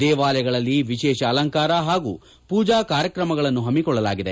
ದೇವಾಲಯಗಳಲ್ಲಿ ವಿಶೇಷ ಅಲಂಕಾರ ಹಾಗೂ ಪೂಜಾ ಕಾರ್ಯಕ್ರಮಗಳನ್ನು ಹಮ್ಮಿಕೊಳ್ಳಲಾಗಿದೆ